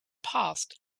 passed